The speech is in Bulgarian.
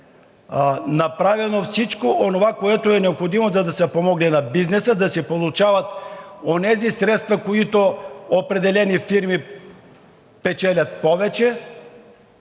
направено всичко онова, което е необходимо, за да се помогне на бизнеса да се получават онези средства, които определени фирми печелят повече,